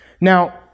Now